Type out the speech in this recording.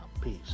Peace